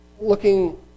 looking